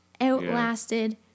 outlasted